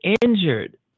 injured